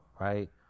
right